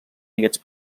aquests